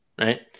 right